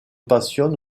passionne